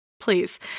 please